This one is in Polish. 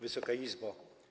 Wysoka Izbo!